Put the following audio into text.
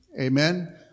Amen